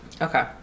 Okay